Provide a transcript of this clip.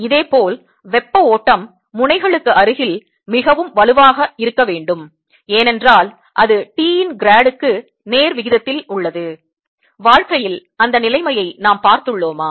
இதேபோல் வெப்ப ஓட்டம் முனைகளுக்கு அருகில் மிகவும் வலுவாக இருக்க வேண்டும் ஏனென்றால் அது T இன் grad க்கு நேர்விகிதத்தில் உள்ளது வாழ்க்கையில் அந்த நிலைமையை நாம் பார்த்துள்ளோமா